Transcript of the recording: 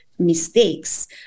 mistakes